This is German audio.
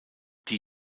die